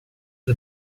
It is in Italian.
the